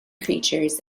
creatures